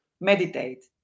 Meditate